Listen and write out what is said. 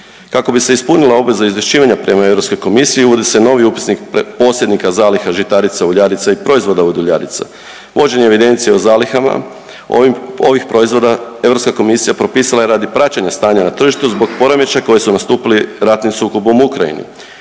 Kako bi se ispunila obveza izvješćivanja prema Europskoj komisiji uvodi se novi upisnik posjednika zaliha žitarica, uljarica i proizvoda od uljarica. Vođenje evidencije o zalihama ovih proizvoda Europska komisija propisala je radi praćenja stanja na tržištu zbog poremećaja koji su nastupili ratnim sukobom u Ukrajini.